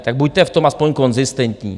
Tak buďte v tom aspoň konzistentní.